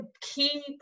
key